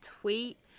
tweet